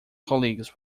colleagues